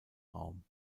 raum